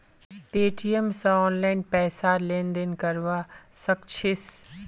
Paytm स online पैसार लेन देन करवा सक छिस